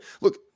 Look